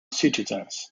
citizens